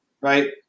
right